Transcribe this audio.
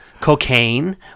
Cocaine